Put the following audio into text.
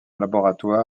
laboratoire